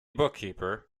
bookkeeper